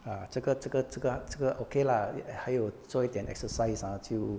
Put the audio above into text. ah 这个这个这个这个 okay 啦还有做一点 exercise ah 就